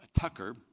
Tucker